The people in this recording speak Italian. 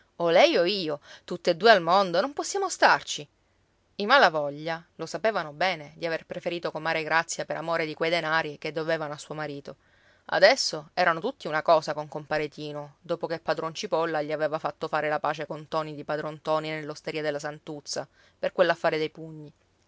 lei o io tutte e due al mondo non possiamo starci i malavoglia lo sapevano bene di aver preferito comare grazia per amore di quei denari che dovevano a suo marito adesso erano tutti una cosa con compare tino dopo che padron cipolla gli aveva fatto fare la pace con ntoni di padron ntoni nell'osteria della santuzza per quell'affare dei pugni